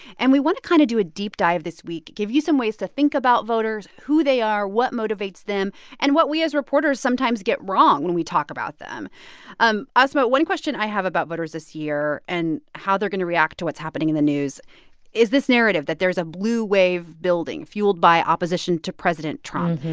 and we want to kind of do a deep dive this week, give you some ways to think about voters, who they are, what motivates them and what we, as reporters, sometimes get wrong when we talk about them um asma, one question i have about voters this year and how they're going to react to what's happening in the news is this narrative that there's a blue wave building, fueled by opposition to president trump.